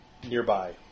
nearby